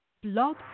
Blog